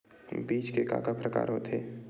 बीज के का का प्रकार होथे?